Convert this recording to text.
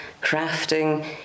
crafting